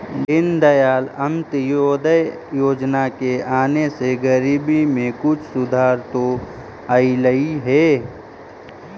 दीनदयाल अंत्योदय योजना के आने से गरीबी में कुछ सुधार तो अईलई हे